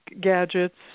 gadgets